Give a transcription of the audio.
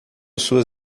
suas